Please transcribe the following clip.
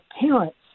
parents